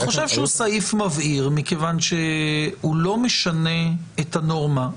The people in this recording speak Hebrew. אני חושב שהוא סעיף מבהיר מכיוון שהוא לא משנה את הנורמה.